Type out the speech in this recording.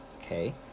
okay